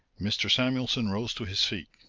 mr. samuelson rose to his feet,